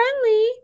friendly